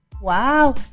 wow